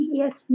yes